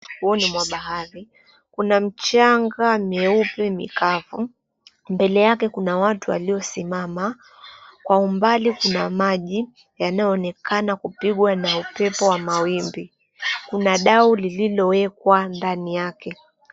Ufuoni mwa bahari kuna mchanga mweupe mikavu. Mbele yake kuna watu waliosimama. Kwa umbali kuna maji yanayoonekana kupigwa na upepo wa mawimbi, kuna dau lililowekwa ndani yake.